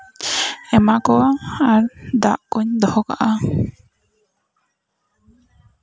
ᱮᱢᱟᱠᱩᱣᱟᱹᱧ ᱟᱨ ᱫᱟᱜ ᱠᱩᱧ ᱫᱚᱦᱚ ᱠᱟᱜᱼᱟ